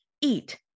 eat